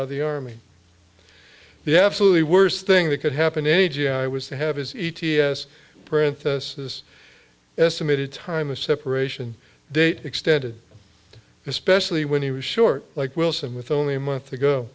out of the army the absolutely worst thing that could happen in a g i was to have his e t s parenthesis estimated time a separation date extended especially when he was short like wilson with only a month ago